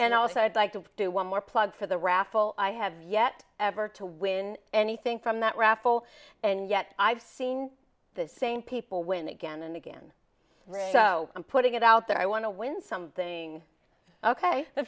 and also i'd like to do one more plug for the raffle i have yet ever to win anything from that raffle and yet i've seen the same people win again and again i'm putting it out there i want to win something ok the